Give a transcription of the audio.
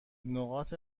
نقاط